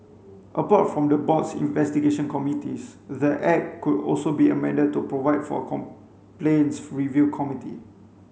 apart from the board's investigation committees the act could also be amended to provide for a complaints review committee